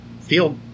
feel